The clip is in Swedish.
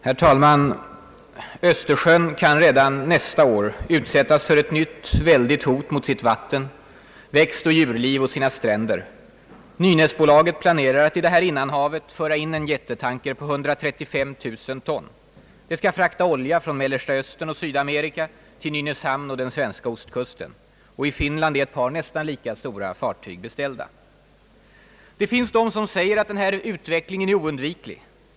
Herr talman! Östersjön kan redan nästa år utsättas för ett nytt, väldigt hot mot sitt vatten, växtoch djurliv och sina stränder. Nynäsbolaget planerar att i detta innanhav föra in en jättetanker på 135000 ton. Den skall frakta olja från Mellersta östern och Sydamerika till Nynäshamn och den svenska ostkusten. Och i Finland är ett par nästan lika stora fartyg beställda. Det finns de som säger att den här utvecklingen är oundviklig.